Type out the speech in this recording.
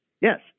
yes